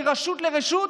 מרשות לרשות,